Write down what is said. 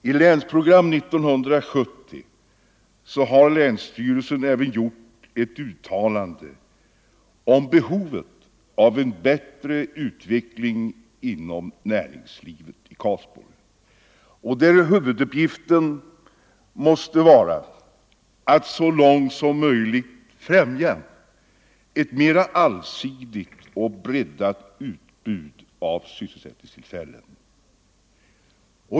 I Länsprogram 1970 har länsstyrelsen även gjort ett uttalande om behovet av en bättre utveckling inom näringslivet i Karlsborg, där huvuduppgiften måste vara att så långt som möjligt främja ett mera allsidigt och breddat utbud av sysselsättningstillfällen.